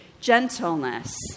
gentleness